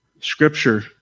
Scripture